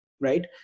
right